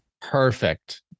Perfect